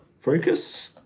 focus